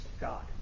God